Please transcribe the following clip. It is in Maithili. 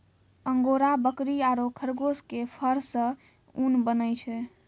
अंगोरा बकरी आरो खरगोश के फर सॅ ऊन बनै छै